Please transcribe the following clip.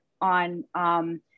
on